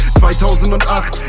2008